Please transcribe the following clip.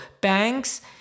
banks